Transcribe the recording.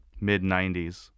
mid-90s